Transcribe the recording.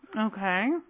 Okay